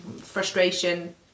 frustration